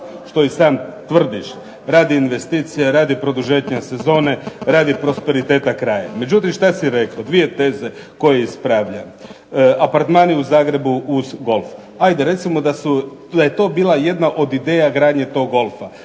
što i sam tvrdiš radi investicija, radi produženja sezone, radi prosperiteta kraja. Međutim što si rekao, dvije teze koje ispravljam. Apartmani u Zagrebu uz golf, ajde recimo da je to bila jedna od ideja gradnje toga golfa,